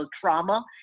trauma